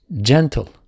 gentle